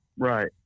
Right